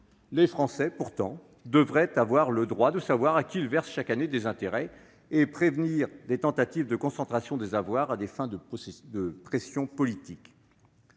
Les Français devraient pourtant avoir le droit de savoir à qui ils versent chaque année des intérêts ; il faudrait aussi prévenir toute tentative de concentration des avoirs à des fins de pression politique.